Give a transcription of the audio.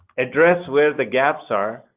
address where the gaps are.